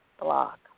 block